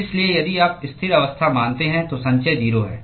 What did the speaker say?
इसलिए यदि आप स्थिर अवस्था मानते हैं तो संचय 0 है